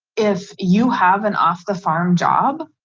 if you have an off the farm job,